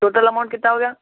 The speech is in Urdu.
ٹوٹل اماؤنٹ کتنا ہو گیا